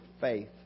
faith